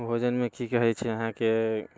भोजनमे की कहै छै अहाँके